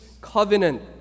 covenant